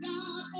God